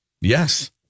Yes